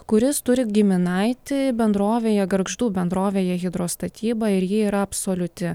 kuris turi giminaitį bendrovėje gargždų bendrovėje hidrostatyba ir ji yra absoliuti